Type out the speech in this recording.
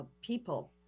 People